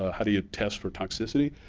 ah how do you test for toxicity?